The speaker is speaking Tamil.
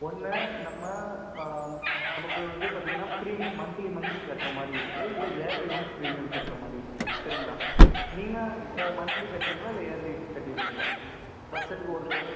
ஒன்று நம்ம நமக்கு வந்து பார்த்தீங்கனா ப்ரீமியம் மன்த்லி மன்த்லி கட்டுற மாதிரி இருக்குது இல்லை இயர்லி ஒன்ஸ் ப்ரீமியம் கட்டுற மாதிரி இருக்கும் சரிங்களா நீங்கள் மன்த்லி கட்டுறிங்களா இல்லை இயர்லி கட்டிடுறீங்களா வருஷத்துக்கு ஒரு தடவை